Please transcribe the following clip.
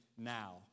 now